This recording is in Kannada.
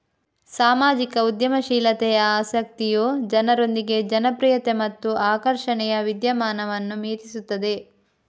ಸಾಮಾಜಿಕ ಉದ್ಯಮಶೀಲತೆಯ ಆಸಕ್ತಿಯು ಜನರೊಂದಿಗೆ ಜನಪ್ರಿಯತೆ ಮತ್ತು ಆಕರ್ಷಣೆಯ ವಿದ್ಯಮಾನವನ್ನು ಮೀರಿಸುತ್ತದೆ